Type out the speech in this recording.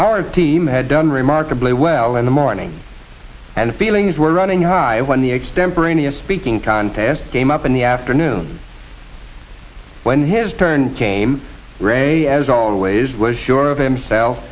our team had done remarkably well in the morning and feelings were running high when the extemporaneous speaking contests came up in the afternoon when his turn came ray as always was sure of himself